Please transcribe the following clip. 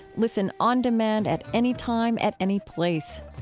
listen on demand at any time, at any place.